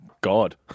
God